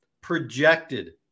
projected